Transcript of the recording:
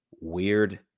weird